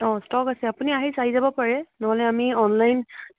অ' stock আছে আপুনি আহি চাই যাব পাৰে ন'হলে আমি অনলাইন